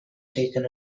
taken